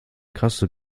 kasse